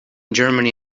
germany